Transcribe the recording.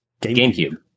GameCube